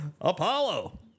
Apollo